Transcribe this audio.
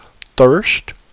thirst